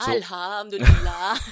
Alhamdulillah